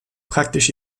praktisch